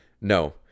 No